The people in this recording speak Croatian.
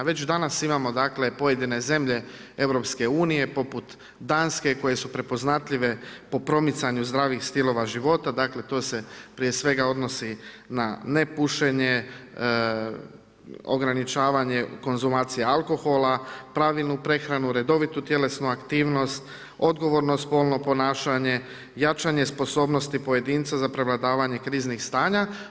Već danas imamo dakle pojedine zemlje EU poput Danske koje su prepoznatljive po promicanju zdravih stilova života, dakle to se prije svega odnosi na ne pušenje, ograničavanje konzumacije alkohola, pravilnu prehranu, redovitu tjelesnu aktivnost, odgovorno spolno ponašanje, jačanje sposobnosti pojedinca za prevladavanje kriznih stanja.